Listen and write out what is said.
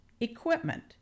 equipment